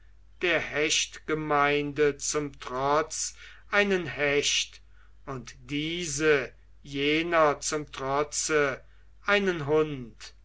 der hechtgemeinde zum trotz einen hecht und diese jener zum trotze einen hund